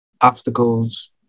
obstacles